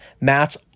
matt's